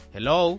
Hello